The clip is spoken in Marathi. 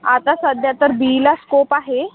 आता सध्या तर बी ईला स्कोप आहे